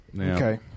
Okay